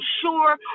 sure